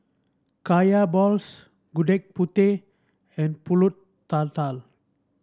Kaya Balls Gudeg Putih and pulut tatal